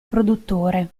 produttore